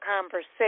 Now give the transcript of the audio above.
conversation